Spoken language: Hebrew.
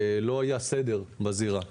לא היה סדר בזירה.